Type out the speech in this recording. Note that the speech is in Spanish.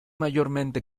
mayormente